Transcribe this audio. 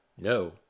no